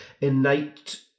innate